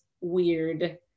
weird